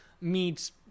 meets